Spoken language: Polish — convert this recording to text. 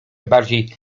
bardziej